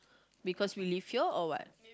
because we live here or what